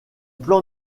plan